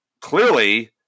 clearly